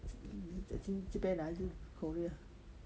zh~ 这边来就 korea